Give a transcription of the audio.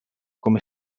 come